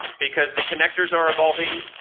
because the connectors are evolving,